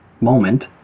moment